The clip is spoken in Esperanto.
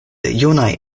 junaj